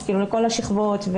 לכל השכבות.